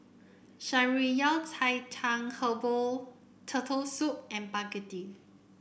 Shan Rui Yao Cai Tang Herbal Turtle Soup and begedil